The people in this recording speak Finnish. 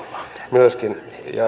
myöskin niin